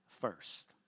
first